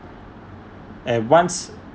and once